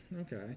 Okay